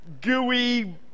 gooey